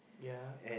ya